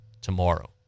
tomorrow